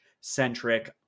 centric